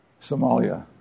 Somalia